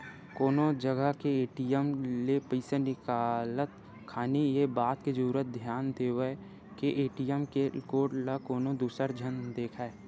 कोनो जगा के ए.टी.एम ले पइसा निकालत खानी ये बात के जरुर धियान देवय के ए.टी.एम के कोड ल कोनो दूसर झन देखय